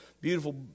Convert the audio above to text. beautiful